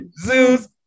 Zeus